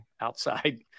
outside